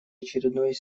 очередной